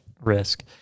risk